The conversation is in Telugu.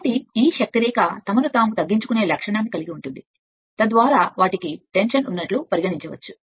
కాబట్టి ఈ శక్తి రేఖ తమను తాము తగ్గించుకునే ఆస్తిని కలిగి ఉంటుంది తద్వారా వారు ఉద్రిక్తతతో ఉన్నట్లు పరిగణించవచ్చు